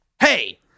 Hey